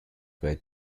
were